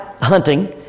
hunting